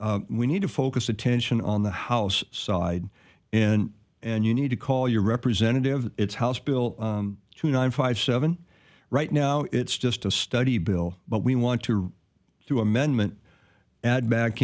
we need to focus attention on the house side in and you need to call your representative it's house bill two nine five seven right now it's just a study bill but we want to do amendment add back